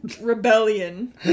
rebellion